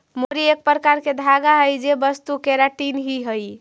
मोहरी एक प्रकार के धागा हई जे वस्तु केराटिन ही हई